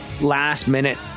last-minute